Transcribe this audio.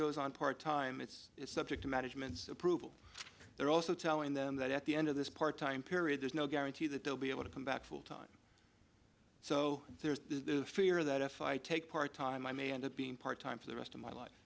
goes on part time it's subject to management so prove they're also telling them that at the end of this part time period there's no guarantee that they'll be able to come back full time so there's the fear that if i take part time i may end up being part time for the rest of my life